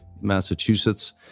Massachusetts